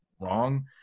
wrong